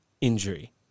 injury